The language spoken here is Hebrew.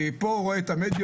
כי פה הוא רואה את המדיות,